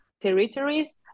territories